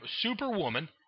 Superwoman